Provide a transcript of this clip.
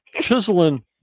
chiseling